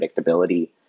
predictability